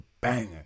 banger